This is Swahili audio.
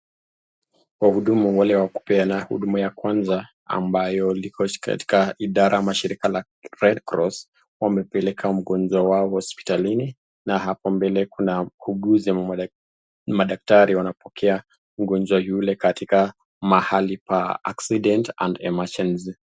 Wahudumu wale wakupeana huduma ya kwanza ambayo liko katika idara ya mashirika la Red Cross wamepeleka mgonjwa wao hospitalini na hapo mbele kuna muuguzi ama madaktari wanapokea mgonjwa yule katika mahali pa accident and emergency .